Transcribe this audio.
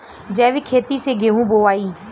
जैविक खेती से गेहूँ बोवाई